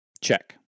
Check